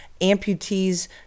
amputees